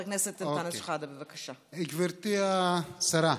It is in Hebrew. גברתי השרה,